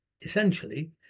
essentially